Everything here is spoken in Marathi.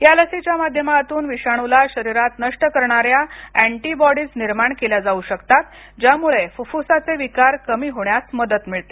या लसीच्या माध्यमातून विषाणूला शरीरात नष्ट करणाऱ्या एंटीबॉडीज निर्माण केल्या जावू शकतात ज्यामुळे फुप्फुसाचे विकार कमी होण्यास मदत मिळते